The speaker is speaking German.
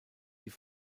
die